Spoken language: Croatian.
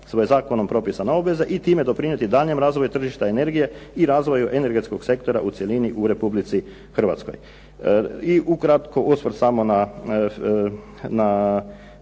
svoje zakonom propisane obveze i time doprinijeti daljnjem razvoju tržišta energije i razvoju energetskog sektora u cjelini u Republici Hrvatskoj. I ukratko osvrt samo na